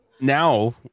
Now